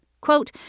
Quote